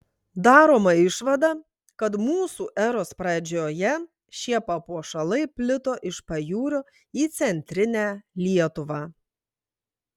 daroma išvada kad mūsų eros pradžioje šie papuošalai plito iš pajūrio į centrinę lietuvą